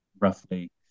roughly